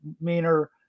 meaner